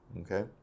Okay